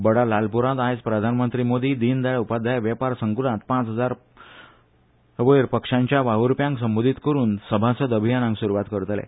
बडा घालपूरान आयज प्रधानमंत्री मोदी दिनदयाळ उपाध्याय वेपार संकूलांत पांच हजार पक्षाच्या वाव्रप्यांक संबंदीत करून सभासद अभियानाक सुरवात करतले